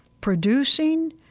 producing,